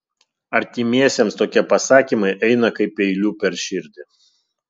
artimiesiems tokie pasakymai eina kaip peiliu per širdį